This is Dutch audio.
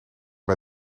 bij